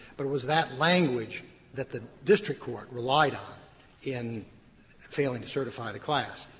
but it was that language that the district court relied on in failing to certify the class.